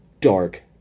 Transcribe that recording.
dark